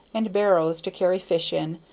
and barrows to carry fish in,